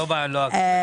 כבר נכחתי בדיונים.